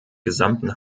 gesamten